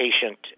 patient